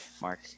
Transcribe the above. mark